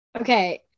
okay